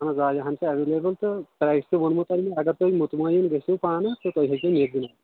اَہَن حظ آ یہِ ہن چھِ ایویلیبٔل تہٕ تۅہہِ چھُ ووٚنمُت مےٚ اَگر تُہۍ مُتمعین گٔژھو پانہٕ تُہۍ گٔژھۍزیٚو ییٚتنٕے